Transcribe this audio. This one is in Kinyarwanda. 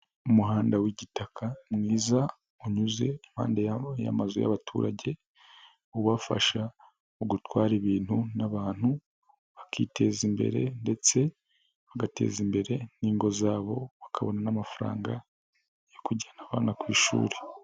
Umuhanda w'igitaka mwiza unyuze impande y'amazu y'abaturage ubafasha mu gutwara ibintu n'abantu bakiteza imbere ndetse bagateza imbere n'ingo zabo bakabona n'amafaranga yo kujyana abana ku ishuri.